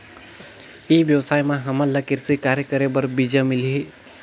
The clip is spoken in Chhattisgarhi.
ई व्यवसाय म हामन ला कृषि कार्य करे बर बीजा मिलही?